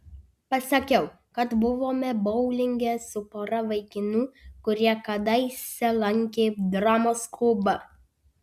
pasakiau kad buvome boulinge su pora vaikinų kurie kadaise lankė dramos klubą